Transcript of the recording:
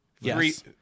yes